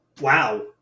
Wow